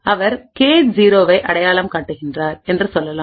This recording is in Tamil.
அவர்கே0 ஐ அடையாளம் காட்டுகிறார் என்று சொல்லலாம்